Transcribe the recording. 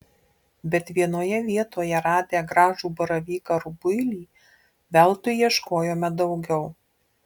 bet vienoje vietoje radę gražų baravyką rubuilį veltui ieškojome daugiau